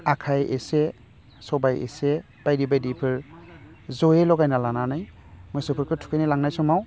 आखाय एसे सबाइ एसे बायदि बायदिफोर जयै लगायना लानानै मोसौफोरखौ थुखैनो लांनाय समाव